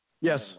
Yes